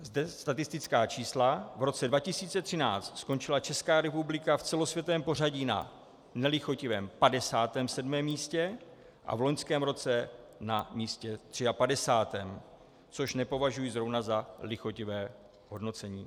Zde statistická čísla v roce 2013 skončila Česká republika v celosvětovém pořadí na nelichotivém 57. místě a v loňském roce na místě 53., což nepovažuji zrovna za lichotivé hodnocení.